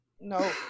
No